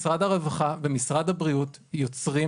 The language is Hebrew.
משרד הרווחה ומשרד הבריאות יוצרים